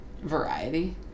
Variety